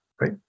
right